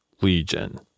Legion